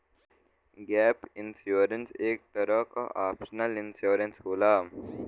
gap insurance एक तरे क ऑप्शनल इंश्योरेंस होला